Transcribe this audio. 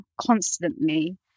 constantly